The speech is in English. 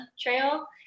trail